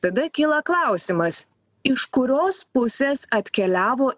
tada kyla klausimas iš kurios pusės atkeliavo